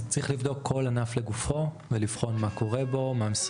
אז צריך לבדוק כל ענף לגופו ולבחון מה קורה בו.